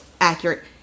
accurate